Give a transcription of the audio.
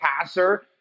passer